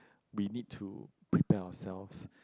we need to prepare ourselves